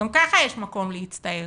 גם ככה יש מקום להצטער.